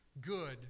good